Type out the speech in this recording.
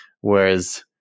Whereas